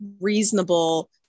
reasonable